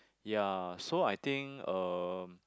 ya so I think um